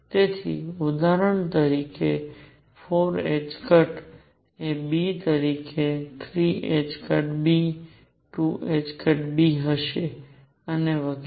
તેથી આ ઉદાહરણ તરીકે 4 એ B તરીકે 3 B 2 B હશે અને વગેરે